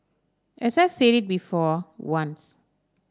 I said said it before once